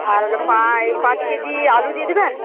আর হল পাঁচ কেজি আলু দিয়ে দেবেন